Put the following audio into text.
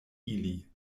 ili